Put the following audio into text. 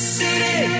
city